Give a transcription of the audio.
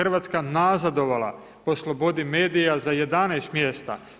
RH nazadovala po slobodi medija za 11 mjesta.